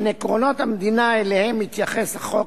בין עקרונות המדינה שאליהם מתייחס החוק